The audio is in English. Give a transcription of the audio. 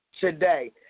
today